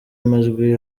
amajwi